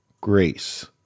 grace